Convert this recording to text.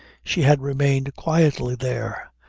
she had remained quietly there.